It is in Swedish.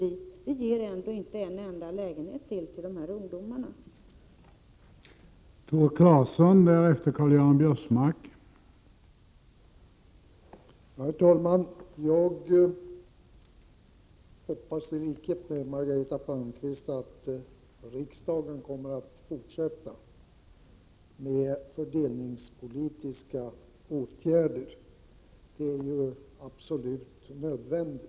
Då kan man hålla på med olika bidrag 30 maj 1988